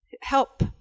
Help